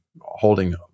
holding